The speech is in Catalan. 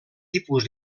tipus